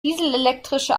dieselelektrische